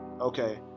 okay